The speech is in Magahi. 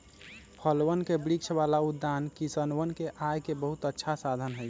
फलवन के वृक्ष वाला उद्यान किसनवन के आय के बहुत अच्छा साधन हई